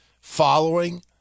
following